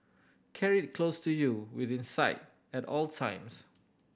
carry it close to you within sight at all times